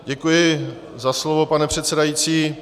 Děkuji za slovo, pane předsedající.